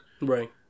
Right